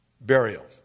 burial